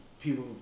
people